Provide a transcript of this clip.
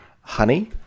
honey